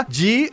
de